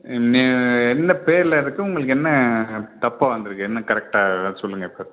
என்ன பேரில் இருக்கு உங்களுக்கு என்ன தப்பாக வந்துயிருக்கு என்ன கரெக்ட்டாக சொல்லுங்கள் இப்போ